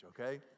okay